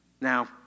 Now